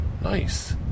Nice